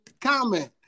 comment